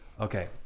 okay